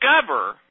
discover